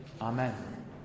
Amen